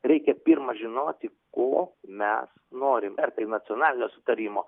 reikia pirma žinoti ko mes norim ar tai nacionalinio sutarimo